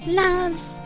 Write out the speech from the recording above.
loves